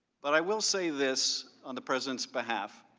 but i will see this on the president's behalf,